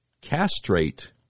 castrate